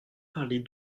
parler